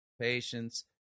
patience